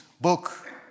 book